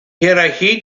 hierarchie